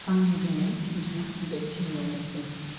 आंनि बुंनायनि खिनिया बे खिनियावनोसै